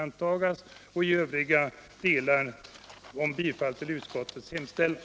Även i övriga delar yrkar jag bifall till utskottets hemställan.